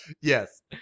Yes